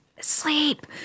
sleep